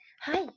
Hi